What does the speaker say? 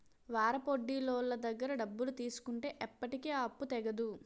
వారాపొడ్డీలోళ్ళ దగ్గర డబ్బులు తీసుకుంటే ఎప్పటికీ ఆ అప్పు తెగదు